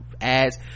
ads